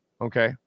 okay